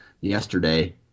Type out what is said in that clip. yesterday